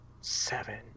seven